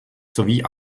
sowie